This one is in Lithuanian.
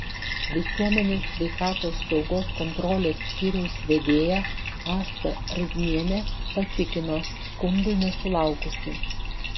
visuomenės sveikatos saugos kontrolės skyriaus vedėja asta razmienė patikino skundų nesulaukusi